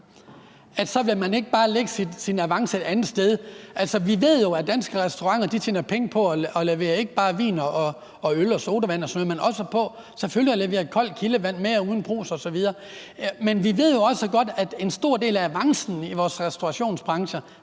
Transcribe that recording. så ville man ikke bare lægge sin avance et andet sted? Altså, vi ved jo, at danske restauranter tjener penge på ikke bare at levere vin, øl, sodavand og sådan noget, men selvfølgelig også på at levere koldt kildevand med og uden brus. Men vi ved jo også godt, at en stor del af avancen i vores restaurationsbranche